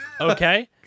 Okay